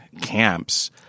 camps